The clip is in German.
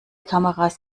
kameras